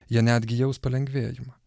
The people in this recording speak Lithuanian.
jie netgi jaus palengvėjimą